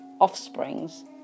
Offsprings